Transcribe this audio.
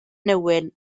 nhywyn